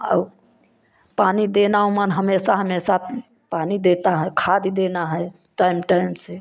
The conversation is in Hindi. अउ पानी देना ओमन हमेशा हमेशा पानी देता है खाद देना है टैम टैम से